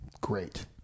Great